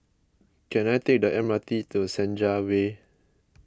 can I take the M R T to Senja Way